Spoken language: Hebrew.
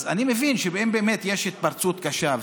אז אני מבין אם באמת יש התפרצות קשה,